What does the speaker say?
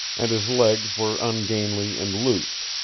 and his legs were ungainly and loose,